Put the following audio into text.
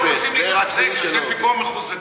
אנחנו רוצים להתחזק, לצאת מפה מחוזקים.